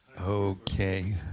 Okay